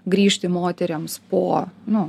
grįžti moterims po nu